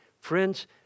Friends